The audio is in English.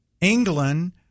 England